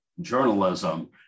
journalism